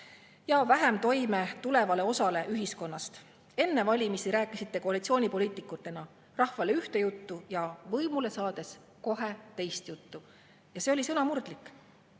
ja vähem toime tulevale osale ühiskonnast. Enne valimisi rääkisite koalitsioonipoliitikutena rahvale ühte juttu ja võimule saades kohe teist juttu ja see oli sõnamurdlik.